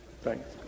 Thanks